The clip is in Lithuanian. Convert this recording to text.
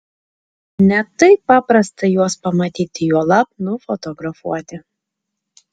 ne taip paprasta juos pamatyti juolab nufotografuoti